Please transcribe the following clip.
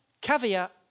caveat